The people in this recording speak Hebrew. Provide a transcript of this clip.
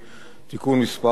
(תיקון מס' 4),